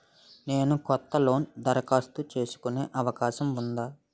నేను కొత్త లోన్ దరఖాస్తు చేసుకునే అవకాశం ఉందా?